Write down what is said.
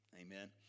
Amen